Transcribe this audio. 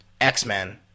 X-Men